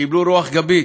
קיבלו רוח גבית,